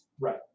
Right